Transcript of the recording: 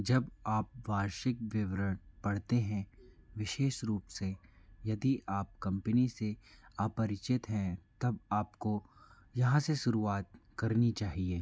जब आप वार्षिक विवरण पढ़ते हैं विशेष रूप से यदि आप कम्पनी से अपरिचित हैं तब आपको यहाँ से शुरुआत करनी चाहिए